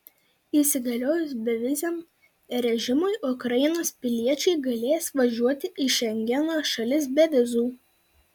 įsigaliojus beviziam režimui ukrainos piliečiai galės važiuoti į šengeno šalis be vizų